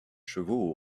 chevaux